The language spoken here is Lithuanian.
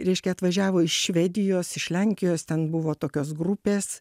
reiškia atvažiavo iš švedijos iš lenkijos ten buvo tokios grupės